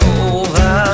over